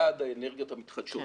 יעד האנרגיות המתחדשות.